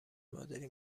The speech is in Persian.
مادری